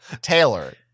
Taylor